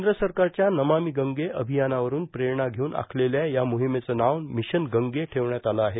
केंद्र सरकारच्या नमामी गंगे अभियानावरुन प्रेरणा घेऊन आखलेल्या या मोहिमेचं नांव मिशन गंगे ठेवण्यात आलं आहे